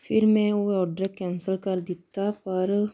ਫਿਰ ਮੈਂ ਉਹ ਔਡਰ ਕੈਂਸਲ ਕਰ ਦਿੱਤਾ ਪਰ